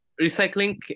recycling